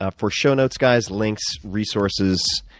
ah for show notes, guys, links, resources,